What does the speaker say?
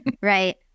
right